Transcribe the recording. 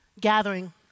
gathering